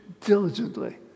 diligently